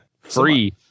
Free